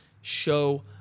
show